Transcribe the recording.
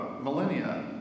millennia